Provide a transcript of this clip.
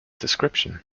description